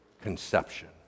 conception